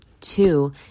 two